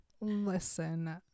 Listen